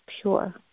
pure